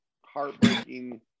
heartbreaking